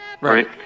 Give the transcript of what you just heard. Right